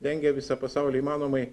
dengia visą pasaulį įmanomai